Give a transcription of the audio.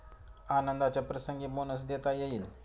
आनंदाच्या प्रसंगी बोनस देता येईल